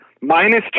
minus